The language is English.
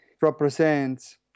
represents